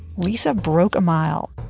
lisa broke a mile,